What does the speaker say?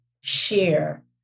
share